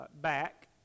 back